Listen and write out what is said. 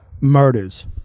murders